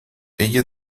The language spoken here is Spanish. ella